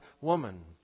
woman